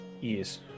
Yes